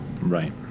Right